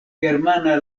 germana